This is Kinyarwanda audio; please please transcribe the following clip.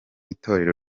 itorero